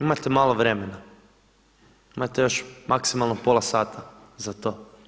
Imate malo vremena, imate još maksimalno pola sata za to.